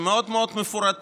שהם מאוד מאוד מפורטים,